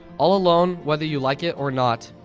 all alone! whether you like it or not,